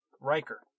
Riker